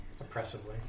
Oppressively